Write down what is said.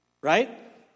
Right